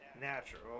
natural